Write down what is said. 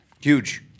Huge